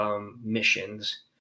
missions